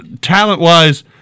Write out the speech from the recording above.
talent-wise